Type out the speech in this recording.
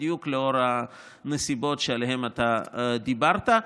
בדיוק לאור הנסיבות שעליהן אתה דיברת.